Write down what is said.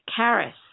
Karis